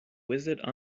wizard